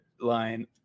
line